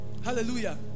Hallelujah